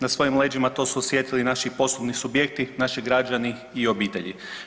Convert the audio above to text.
Na svojim leđima to su osjetili i naši poslovni subjekti, naši građani i obitelji.